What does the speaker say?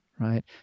Right